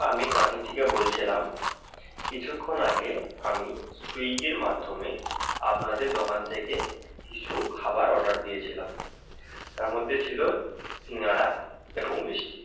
আমি কাঁথি থেকে বলছিলাম কিছুক্ষণ আগে আমি সুইগির মাধ্যমে আপনাদের দোকান থেকে কিছু খাবার অর্ডার দিয়েছিলাম তার মধ্যে ছিল সিঙাড়া এবং মিষ্টি